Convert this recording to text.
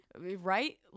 right